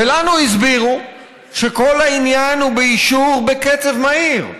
ולנו הסבירו שכל העניין הוא באישור בקצב מהיר,